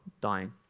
dying